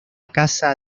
casa